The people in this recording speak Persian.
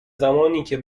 زمانیکه